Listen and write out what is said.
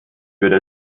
würde